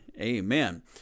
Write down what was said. Amen